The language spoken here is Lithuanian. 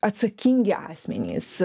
atsakingi asmenys